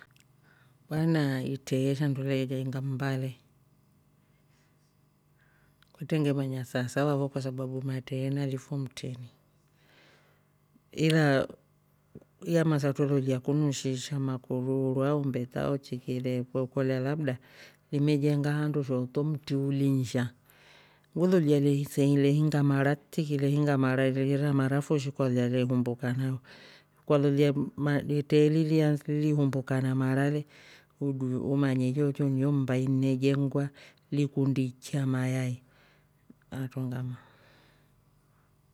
Bwana itreye shandu le jenga mmba le kwetre nge manya sava sava fo kwa sababu matreye yali fo mtrini ilaa masa twre loliya kunushi shi makururuu au mbeta au chiki le we kolya labda lime jenga handu shooto mtri uliisha we lolya vehisa, vehinga mara triki vehinga mara vehira mara fo shi kwalolya ve humbuka nayo kwalolya ma- ni itreye liliansa ihumbuka na mara le ujue umanye choocho niyo mmba inejengwa likundi iichya mayai hatroo ngamaa.